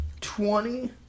twenty